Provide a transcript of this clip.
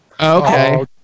Okay